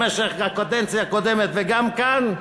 במשך הקדנציה הקודמת וגם כאן,